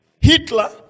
Hitler